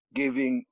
giving